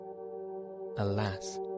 Alas